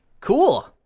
Cool